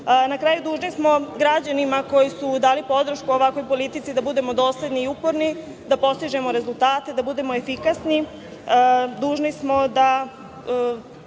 kraju, dužni smo građanima, koji su dali podršku ovakvoj politici, da budemo dosledni i uporni, da postižemo rezultate, da budemo efikasni.